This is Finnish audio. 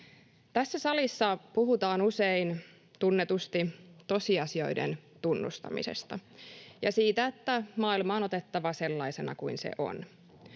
Tässä salissa puhutaan usein tunnetusti tosiasioiden tunnustamisesta ja siitä, että maailma on otettava sellaisena kuin se on.